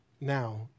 now